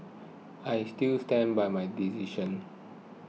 I still stand by my decision